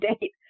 date